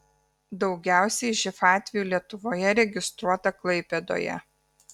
daugiausiai živ atvejų lietuvoje registruota klaipėdoje